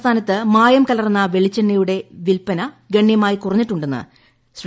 സംസ്ഥാന്ദ്രത്ത് മായം കലർന്ന വെളിച്ചെണ്ണയുടെ വിൽപ്പന ഗണ്യമായി കുറ്റഞ്ഞിട്ടുണ്ടെന്ന് ശ്രീ